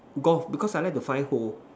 golf because I like to find hole